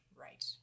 Right